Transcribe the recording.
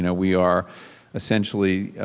and we are essentially